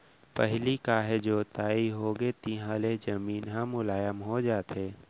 पहिली काहे जोताई होगे तिहाँ ले जमीन ह मुलायम हो जाथे